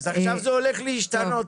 אז עכשיו זה הולך להשתנות,